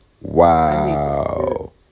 Wow